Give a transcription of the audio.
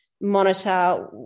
monitor